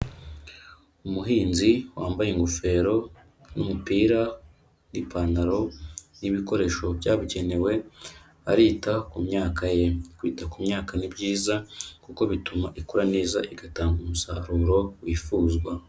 Umuhinzi wambaye ingofero n'umupira n'ipantaro n'ibikoresho byabugenewe, arita ku myaka ye, kwita ku myaka ni byiza, kuko bituma ikura neza igatanga umusaruro wifuzwa.